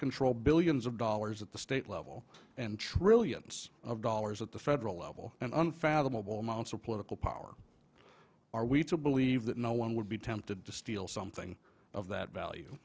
control billions of dollars at the state level and trillions of dollars at the federal level and unfathomable amounts of political power are we to believe that no one would be tempted to steal something of that value